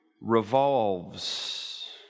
revolves